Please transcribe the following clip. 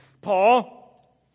Paul